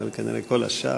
אבל כנראה כל השאר.